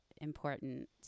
important